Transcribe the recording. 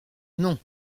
non